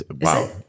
Wow